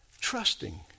Trusting